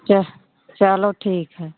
चः चलो ठीक है